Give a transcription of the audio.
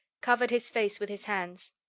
covered his face with his hands.